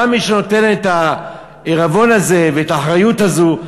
גם מי שנותן את העירבון הזה ואת האחריות הזאת,